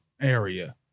area